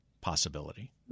possibility